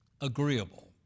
Agreeable